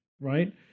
right